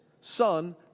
son